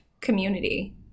community